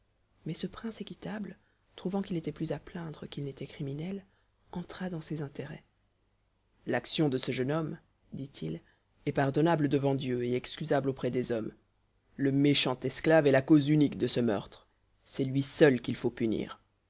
mais ce prince équitable trouvant qu'il était plus à plaindre qu'il n'était criminel entra dans ses intérêts l'action de ce jeune homme dit-il est pardonnable devant dieu et excusable auprès des hommes le méchant esclave est la cause unique de ce meurtre c'est lui seul qu'il faut punir